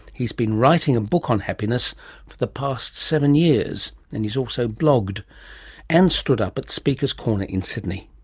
he's been writing a book on happiness for the past seven years. and he's also blogged and stood up at speaker's corner in sydney.